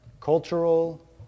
cultural